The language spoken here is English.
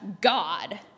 God